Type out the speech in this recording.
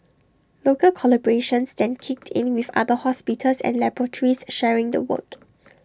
local collaborations then kicked in with other hospitals and laboratories sharing the work